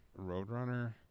Roadrunner